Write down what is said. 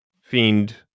Fiend